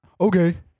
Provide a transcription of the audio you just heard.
Okay